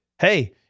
hey